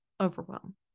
overwhelm